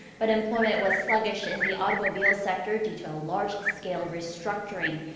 but employment was sluggish in the automobile sector due to a large-scale restructuring.